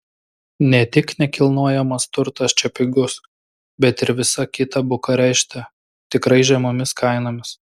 ne tik nekilnojamas turtas čia pigus bet ir visa kita bukarešte tikrai žemomis kainomis